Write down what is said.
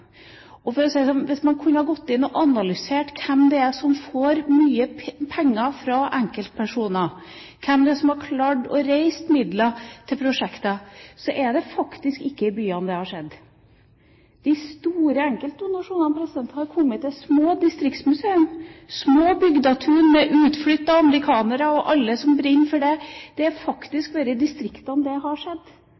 Og for å si det sånn: Hvis man kunne gått inn og analysert hvem det er som får mye penger fra enkeltpersoner, hvem det er som har klart å reise midler til prosjekter, viser det seg at det faktisk ikke er i byene det har skjedd. De store enkeltdonasjonene har kommet til små distriktsmuseer, til små bygdetun, fra utflyttede norskamerikanere og noen som brenner for dette. Det er